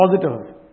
positive